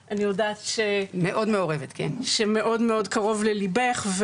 ואני יודעת שזה מאוד קרוב לליבך,